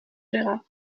gérard